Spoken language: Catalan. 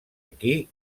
aquí